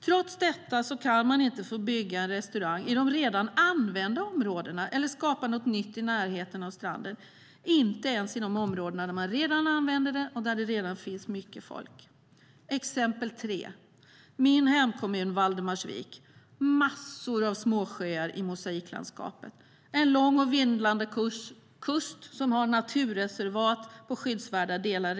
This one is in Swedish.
Trots detta får man inte bygga en restaurang i de redan använda områdena eller skapa något nytt i närheten av stranden, inte ens i de områden som redan används och där det redan finns mycket folk. Tredje exemplet är min hemkommun Valdemarsvik, med massor av småsjöar i mosaiklandskapet och en lång och vindlande kust som redan har naturreservat på skyddsvärda delar.